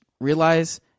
realize